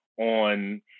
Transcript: on